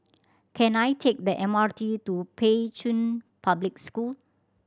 can I take the M R T to Pei Chun Public School